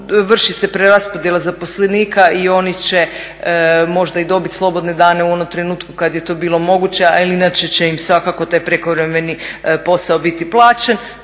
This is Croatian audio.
vrši se preraspodjela zaposlenika i oni će možda i dobiti slobodne dane u onom trenutku kad je to bilo moguće, ali inače će im svakako taj prekovremeni posao biti plaćen.